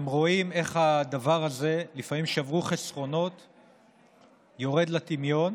והם רואים איך הדבר הזה יורד לטמיון.